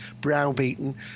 browbeaten